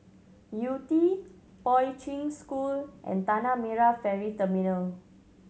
Yew Tee Poi Ching School and Tanah Merah Ferry Terminal